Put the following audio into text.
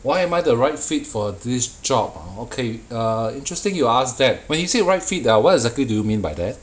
why am I the right fit for this job ah okay uh interesting you ask that when you say right fit ah what exactly do you mean by that